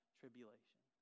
tribulation